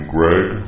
Greg